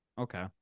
okay